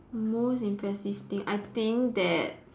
most impressive thing I think that